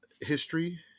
history